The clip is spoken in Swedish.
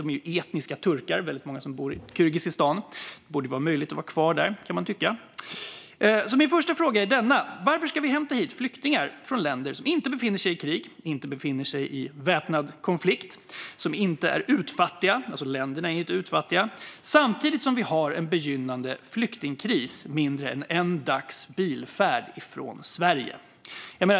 Väldigt många som bor i Kirgizistan är etniska turkar. Det borde vara möjligt att vara kvar där, kan man tycka. Min första fråga är denna: Varför ska vi hämta hit flyktingar från länder som inte befinner sig i krig, inte befinner sig i väpnad konflikt och inte är utfattiga samtidigt som vi har en begynnande flyktingkris mindre än en dags bilfärd från Sverige?